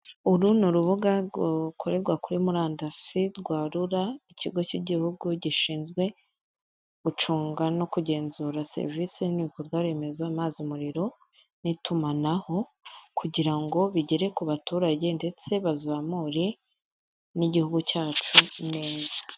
Uru ni urubuga rukorerwa kuri murandasi rwa rura ikigo k'igihugu gishinzwe gucunga no kugenzura serivisi n'ibikorwa remezo, amazi n'umuriro n'itumanaho, kugira ngo bigere ku baturage ndetse bazamure n'igihugu cyacu neza.